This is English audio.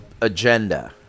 agenda